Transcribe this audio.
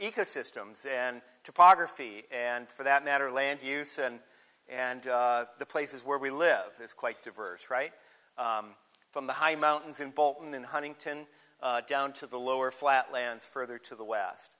ecosystems and topography and for that matter land use and and the places where we live it's quite diverse right from the high mountains in bolton in huntington down to the lower flat lands further to the west